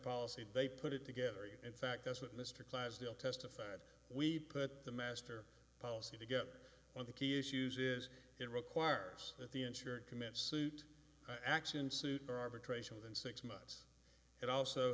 policy bay put it together in fact that's what mr clydesdale testified we put the master policy to get on the key issues is it requires that the insurer commit suit action suit or arbitration within six months it also